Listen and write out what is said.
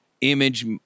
image